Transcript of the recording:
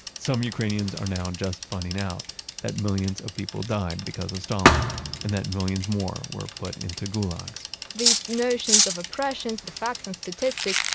some ukrainians are now just finding out that millions of people died because of stalin and that millions more were put into gulags these notions of oppressions, the facts and statistics,